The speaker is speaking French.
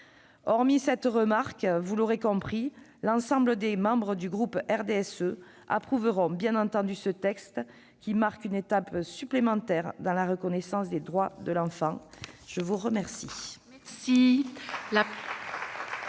Hormis cette remarque, vous l'aurez compris, l'ensemble des membres du groupe du RDSE approuvera ce texte qui marque une étape supplémentaire dans la reconnaissance des droits de l'enfant. La parole